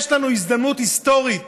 יש לנו הזדמנות היסטורית